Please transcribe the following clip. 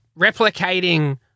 replicating